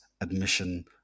admission